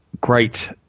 great